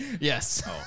Yes